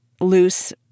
Loose